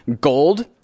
gold